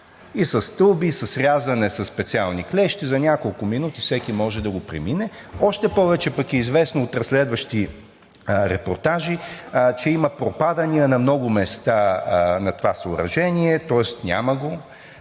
И със стълби, и с рязане със специални клещи за няколко минути всеки може да го премине. Още повече пък е известно от разследващи репортажи, че има пропадания на много места на това съоръжение, тоест няма го.